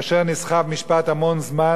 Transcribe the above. כאשר נסחב משפט המון זמן,